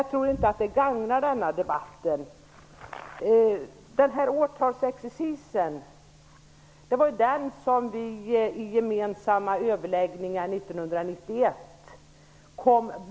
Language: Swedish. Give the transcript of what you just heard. Jag tror inte att det gagnar denna debatt. Vi kom bort från årtalsexercisen vid de gemensamma överläggningarna 1991.